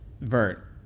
vert